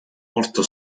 molto